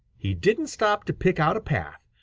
he didn't stop to pick out a path,